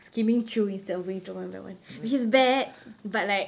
skimming through instead of going job by job one which is bad but like